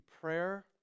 prayer